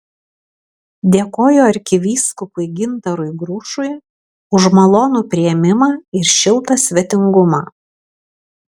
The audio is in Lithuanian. dėkoju arkivyskupui gintarui grušui už malonų priėmimą ir šiltą svetingumą